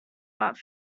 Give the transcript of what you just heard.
but